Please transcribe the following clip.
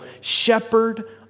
shepherd